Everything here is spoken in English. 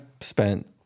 spent